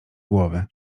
głowy